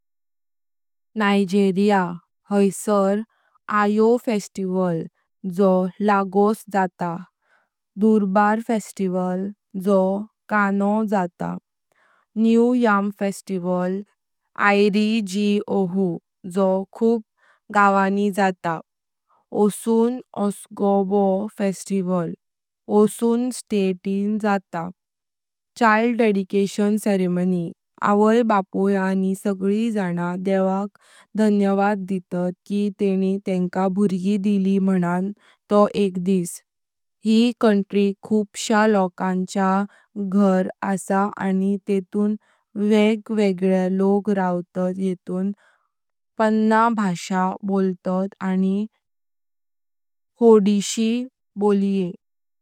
नायजेरिया। हैसर Eyo festival: जो Lagos जाता। दुर्बार फेस्टिवल: जो कानो जाता। New yam festival (Iri Ji Ohu): जो खूप गावानी जाता। ओसुन-ओसोग्बो फेस्टिवल: ओसुन स्टेट जाता। चाइल्ड डेडिकेशन सेरेमनी: अवाई बापुई आनी सगळी जनाई देवा धन्यवाद दितात कि तेनी तेंका भुर्गी दिली मानन तो दिस। यी कंट्री खूप श्या लोकांचा घर आसा आनी तेतून वेगवेगळे लोक रवतात येतून पण्ना भाषा बोलटय, आनी हाडित्शी बोलिये।